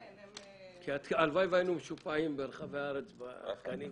הלוואי והיינו משופעים ברחבי הארץ בתקנים.